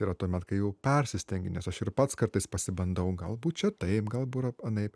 yra tuomet kai jau persistengi nes aš ir pats kartais pasibandau galbūt čia taip galbūt anaip